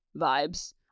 vibes